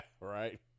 right